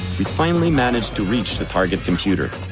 we finally managed to reach the target computer.